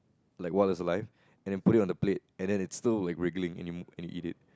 like while it's alive and then put it on the plate and then it's still like wiggling and you and you eat it